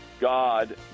God